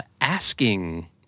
asking